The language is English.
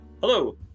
Hello